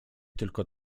tylko